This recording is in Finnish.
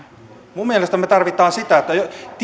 minun mielestäni me tarvitsemme sitä että